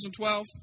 2012